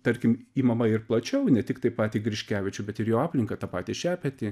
tarkim imama ir plačiau ne tiktai patį griškevičių bet ir jo aplinką tą patį šepetį